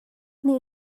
nih